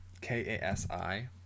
K-A-S-I